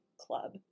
club